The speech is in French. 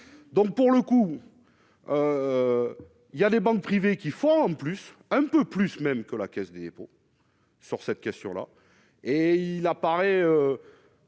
donc, pour le coup. Il y a les banques privées qui font plus un peu plus même que la Caisse des dépôts sur cette question-là, et il apparaît